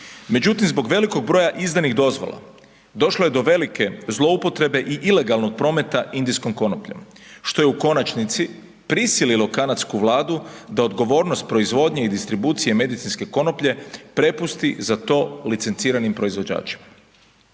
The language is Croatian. Međutim, zbog velikog broja izdanih dozvola, došlo je do velike zloupotrebe i ilegalnog prometa indijskom konopljom, što je u konačnici prisililo kanadsku Vladu da odgovornost proizvodnje i distribucije medicinske konoplje prepusti za to licenciranim proizvođačima.